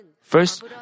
First